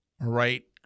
right